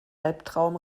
albtraum